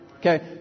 Okay